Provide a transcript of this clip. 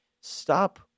stop